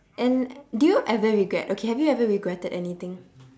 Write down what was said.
and do you ever regret okay have you ever regretted anything